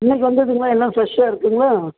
இன்றைக்கி வந்ததுங்களா எல்லா ஃப்ரெஷாக இருக்குதுங்களா